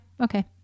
okay